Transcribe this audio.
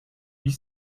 huit